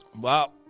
Wow